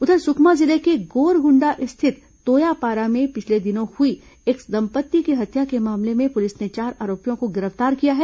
उधर सुकमा जिले के गोरगुंडा स्थित तोयापारा में पिछले दिनों हुई एक दंपत्ति की हत्या के मामले में पुलिस ने चार आरोपियों को गिरफ्तार किया है